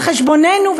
על חשבוננו,